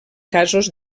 casos